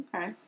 okay